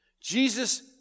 Jesus